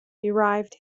derived